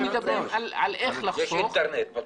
יש אינטרנט.